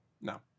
No